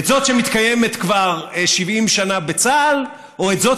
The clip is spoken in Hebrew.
את זאת שמתקיימת כבר 70 שנה בצה"ל או את זאת